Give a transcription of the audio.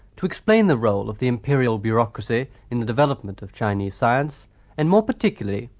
to explain the role of the imperial bureaucracy in the development of chinese science and, more particularly,